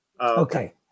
Okay